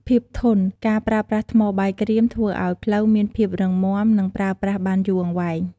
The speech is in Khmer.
ភាពធន់ ការប្រើប្រាស់ថ្មបាយក្រៀមធ្វើឲ្យផ្លូវមានភាពរឹងមាំ និងប្រើប្រាស់បានយូរអង្វែង។